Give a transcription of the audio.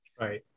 right